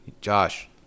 Josh